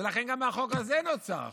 ולכן גם החוק הזה נוצר עכשיו.